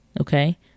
Okay